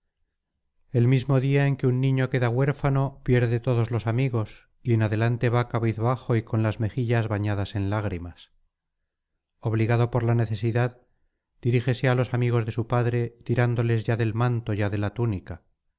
el mismo día en que un niño queda huérfano pierde todos los amigos y en adelante va cabizbajo y con las mejillas bañadas en lágrimas obligado por la necesidad dirígese á los amigos de su padre tirándoles ya del manto ya de la túnica